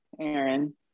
Aaron